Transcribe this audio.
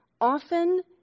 often